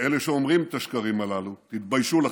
לאלה שאומרים את השקרים הללו, תתביישו לכם.